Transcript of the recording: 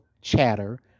chatter